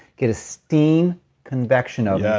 get a steam convection ah yeah